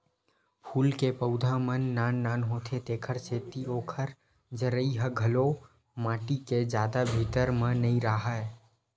फूल के पउधा मन नान नान होथे तेखर सेती ओखर जरई ह घलो माटी के जादा भीतरी म नइ राहय